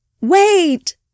Wait